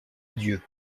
dieu